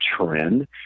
trend